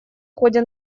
ходе